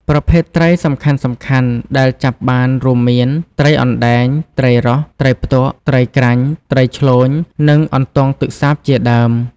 ប្រភេទត្រីសំខាន់ៗដែលចាប់បានរួមមាន ត្រីអណ្ដែង ត្រីរស់ ត្រីផ្ទក់ ត្រីក្រាញ់ ត្រីឆ្លូញ និង អន្ទង់ទឹកសាបជាដើម។